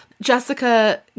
Jessica